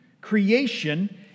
creation